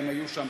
היו שם,